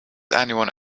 anyone